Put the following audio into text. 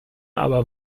aber